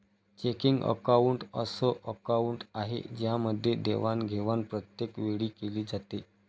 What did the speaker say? checking account अस account आहे ज्यामध्ये देवाणघेवाण प्रत्येक वेळी केली जाते